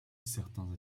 certains